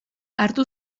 hartu